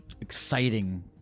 exciting